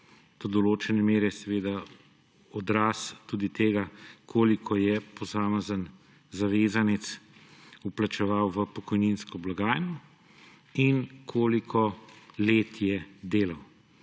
do določene mere seveda odraz tudi tega, koliko je posamezen zavezanec vplačeval v pokojninsko blagajno in koliko let je delal.